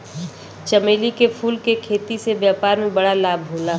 चमेली के फूल के खेती से व्यापार में बड़ा लाभ होला